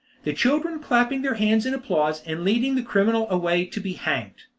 the children clapping their hands in applause, and leading the criminal away to be hanged.